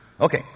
Okay